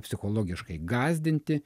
psichologiškai gąsdinti